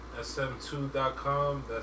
SM2.com